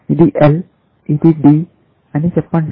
ఇది L ఇది D అని చెప్పండి